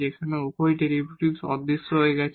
যেখানে উভয় ডেরিভেটিভস অদৃশ্য হয়ে গেছে